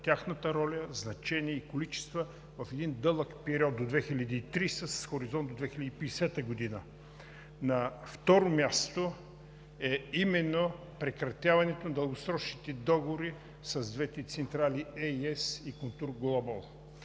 тяхната роля, значение и количества в един дълъг период – до 2030 г. с хоризонт до 2050 г. На второ място е именно прекратяването на дългосрочните договори с двете централи „ЕЙ И ЕС“ и „Контур Глобал“,